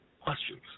questions